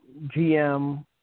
GM